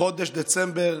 בחודש דצמבר,